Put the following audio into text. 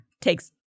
Takes